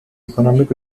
economic